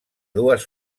dues